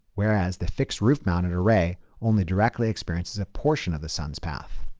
whereas the fixed roof-mounted array only directly experiences a portion of the sun's path.